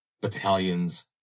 battalions